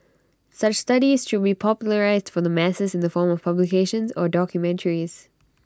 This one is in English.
such studies should be popularised for the masses in the form of publications or documentaries